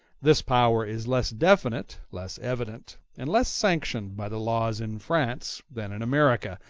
this power is less definite, less evident, and less sanctioned by the laws in france than in america,